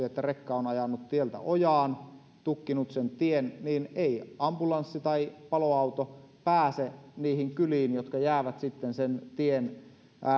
että rekka on ajanut tieltä ojaan tukkinut sen tien ei ambulanssi tai paloauto pääse niihin kyliin jotka jäävät sitten sen tien